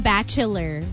Bachelor